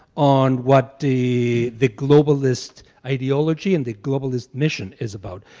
on what the the globalist ideology and the globalist mission is about.